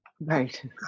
Right